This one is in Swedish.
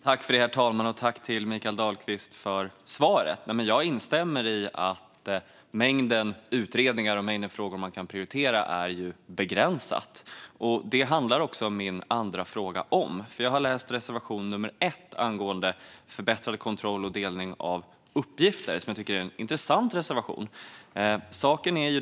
Herr talman! Jag tackar Mikael Dahlqvist för svaret. Jag instämmer i att mängden utredningar och frågor man kan prioritera är begränsad. Detta handlar också min andra fråga om. Jag har läst reservation nummer 1 om förbättrad kontroll och delning av uppgifter, som jag tycker är en intressant reservation.